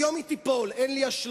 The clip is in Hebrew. היום היא תיפול, אין לי אשליות,